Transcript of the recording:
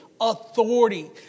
authority